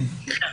בבקשה.